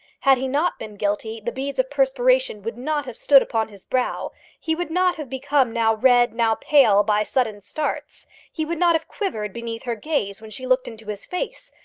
had he not been guilty, the beads of perspiration would not have stood upon his brow he would not have become now red, now pale, by sudden starts he would not have quivered beneath her gaze when she looked into his face.